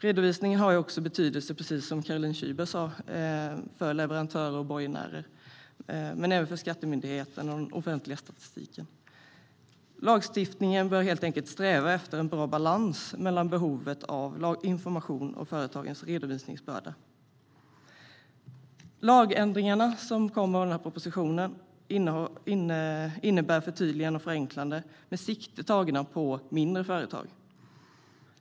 Redovisningen har också betydelse, precis som Caroline Szyber sa, för leverantörer och borgenärer, vidare även för Skattemyndigheten och den offentliga statistiken. Lagstiftningen bör helt enkelt sträva efter en bra balans mellan behovet av information och företagens redovisningsbörda. De lagändringar som föreslås i propositionen innebär förtydliganden och förenklingar med sikte på de mindre företagen.